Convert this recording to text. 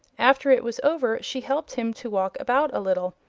after it was over she helped him to walk about a little,